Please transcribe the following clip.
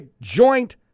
joint